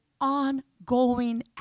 ongoing